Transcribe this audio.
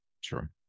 sure